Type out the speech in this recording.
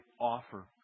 offer